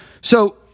So-